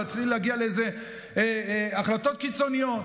ולהתחיל להגיע להחלטות קיצוניות,